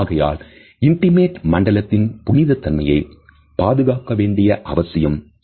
ஆகையால் இன்டிமேட் மண்டலத்தின் புனிதத்தன்மையை பாதுகாக்க வேண்டிய அவசியம் இருக்கிறது